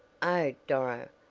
oh, doro,